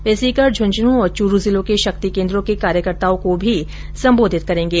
वे सीकर झुझुनू और चूरू जिलों के शक्ति केन्द्रों के कार्यकर्ताओं को मी संबोधित करेंगे